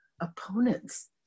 opponents